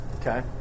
okay